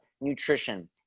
nutrition